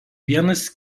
vienas